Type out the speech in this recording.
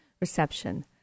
reception